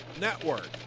network